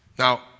Now